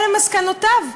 אלה מסקנותיו,